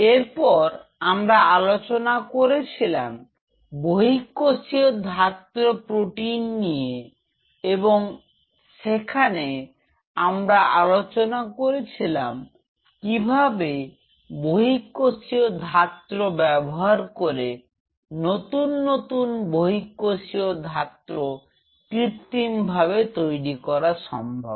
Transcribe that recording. এরপর আমরা আলোচনা করেছিলাম বহিঃকোষীয় ধাত্র প্রোটিন নিয়ে এবং সেখানে আমরা আলোচনা করেছিলাম কিভাবে বহিঃকোষীয় ধাএ ব্যবহার করে নতুন নতুন বহিঃকোষীয় ধাত্র কৃত্রিমভাবে তৈরি করা সম্ভব